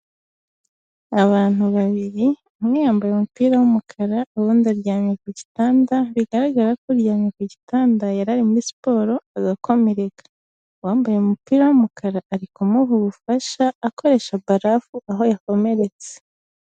Abantu babiri umwe yambaye umupira w'umukara, uwundi aryamye ku gitanda, bigaragara ko uryamye ku gitanda, yari ari muri siporo arakomereka. Uwambaye umupira w'umukara, ari kumuha ubufasha, akoresha barafu aho yakomeretse.